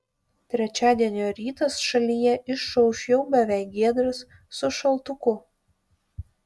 trečiadienio rytas šalyje išauš jau beveik giedras su šaltuku